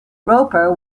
roper